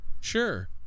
Sure